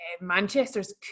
Manchester's